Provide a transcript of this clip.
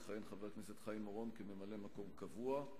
יכהן חבר הכנסת חיים אורון כממלא-מקום קבוע,